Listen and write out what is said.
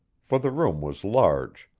for the room was large.